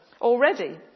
already